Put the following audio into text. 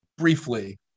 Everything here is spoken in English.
briefly